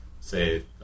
say